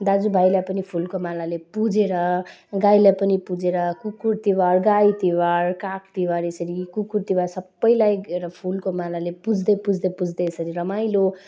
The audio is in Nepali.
दाजु भाइलाई पनि फुलको मालाले पूजेर गाईलाई पनि पूजेर कुकुर तिहार गाई तिहार काग तिहार यसरी कुकुर तिहार सबलाई एउटा फुलको मालाले पुज्दै पुज्दै पुज्दै यसरी रमाइलो